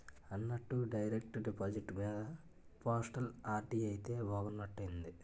అన్నట్టు direct deposit మీద postal RD అయితే బాగున్నట్టుంది